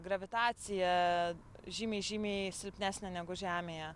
gravitacija žymiai žymiai silpnesnė negu žemėje